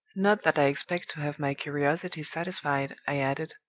not that i expect to have my curiosity satisfied i added,